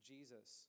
Jesus